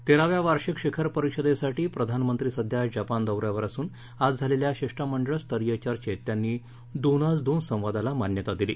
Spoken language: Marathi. तेराव्या वार्षिक शिखरपरिषदेसाठी प्रधानमंत्री सध्या जपान दौऱ्यावर असून आज झालेल्या शिष्टमंडळस्तरीय चर्चेत त्यांनी दोनास दोन संवादाला मान्यता दिली